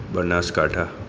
Banaskantha